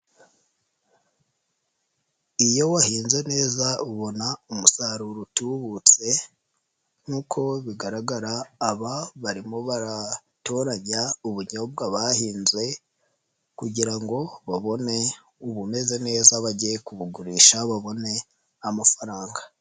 Iyo wahinze neza ubona umusaruro utubutse nk'uko bigaragara aba barimo baratoranya ubunyobwa bahinze kugira ngo babone ubumeze neza bajye kubugurisha babone amafaranga.